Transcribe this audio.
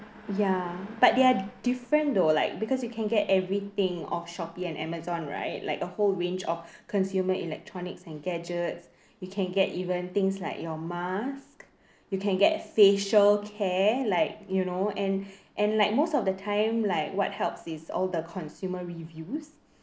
ya but they are different though like because you can get everything off Shopee and Amazon right like a whole range of consumer electronics and gadgets we can get even things like your mask you can get facial care like you know and and like most of the time like what helps is all the consumer reviews